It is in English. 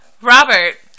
Robert